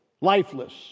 Lifeless